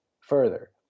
further